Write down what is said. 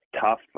tough